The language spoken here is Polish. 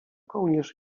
kołnierz